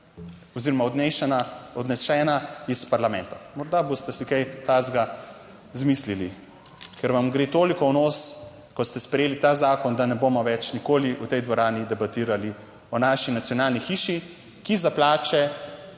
oziroma odnesena iz parlamenta. Morda boste si kaj takega izmislili, ker vam gre toliko v nos, ko ste sprejeli ta zakon, da ne bomo več nikoli v tej dvorani debatirali o naši nacionalni hiši, ki za plače